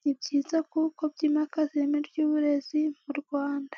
Ni byiza kuko byimakaza ireme ry'uburezi mu Rwanda.